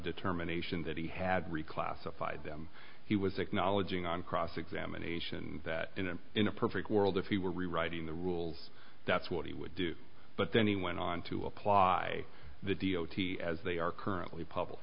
determination that he had reclassified them he was acknowledging on cross examination that in a perfect world if he were rewriting the rules that's what he would do but then he went on to apply the d o t as they are currently public